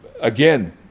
again